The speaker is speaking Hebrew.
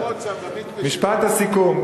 משפט הסיכום,